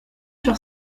sur